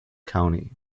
county